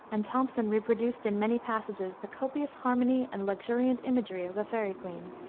and thomson reproduced in many passages the copious harmony and luxuriant imagery of the faerie queene.